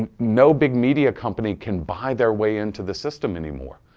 and no big media company can buy their way into the system anymore.